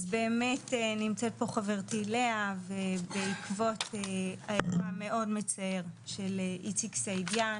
אז באמת נמצאת פה חברתי לאה ובעקבות המקרה המאוד מצער של איציק סעידיאן